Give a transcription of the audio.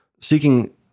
seeking